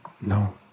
No